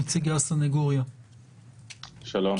שלום,